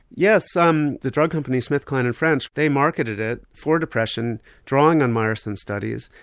yes, um the drug company smith, kline and french they marketed it for depression drawing on myerson's studies,